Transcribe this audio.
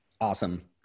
Awesome